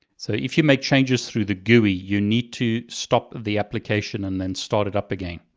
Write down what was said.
so if you make changes through the gui, you need to stop the application and then start it up again.